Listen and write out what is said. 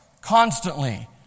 constantly